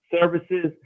services